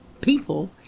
people